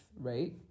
right